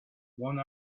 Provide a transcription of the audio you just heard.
one